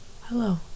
Hello